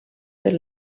per